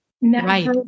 Right